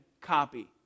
copy